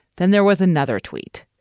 then there was another tweet.